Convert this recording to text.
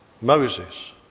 Moses